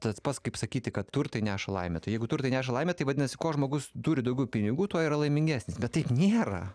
tas pats kaip sakyti kad turtai neša laimę tai jeigu turtai neša laimę tai vadinasi kuo žmogus turi daugiau pinigų tuo yra laimingesnis bet taip nėra